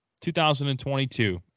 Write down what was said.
2022